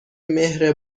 مهر